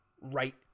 right